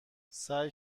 سعی